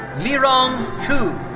lirong fu.